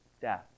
death